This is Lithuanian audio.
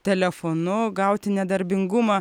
telefonu gauti nedarbingumą